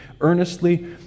earnestly